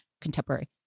contemporary